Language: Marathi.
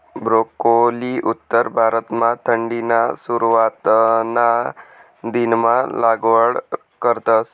ब्रोकोली उत्तर भारतमा थंडीना सुरवातना दिनमा लागवड करतस